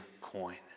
coin